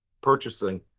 purchasing